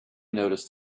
noticed